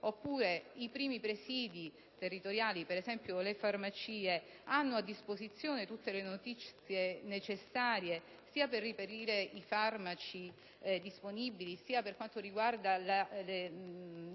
seguire? I primi presidi territoriali, per esempio le farmacie, hanno a disposizione tutte le notizie necessarie, sia per reperire i farmaci disponibili che per fornire le